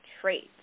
traits